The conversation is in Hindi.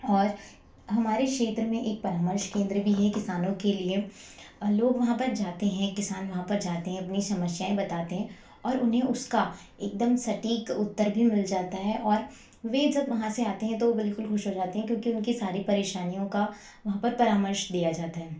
और हमारे क्षेत्र में एक परामर्श केंद्र भी है किसानों के लिए लोग वहाँ पर जाते हैं किसान वहाँ पर जाते हैं अपनी समस्याएँ बताते हैं और उन्हें उसका एकदम सटीक उत्तर भी मिल जाता है और वे जब वहाँ से आते हैं तो बिल्कुल खुश हो जाते हैं क्योंकि उनकी सारी परेशानियों का वहाँ पर परामर्श दिया जाता है